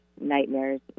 nightmares